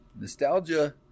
Nostalgia